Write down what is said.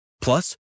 Plus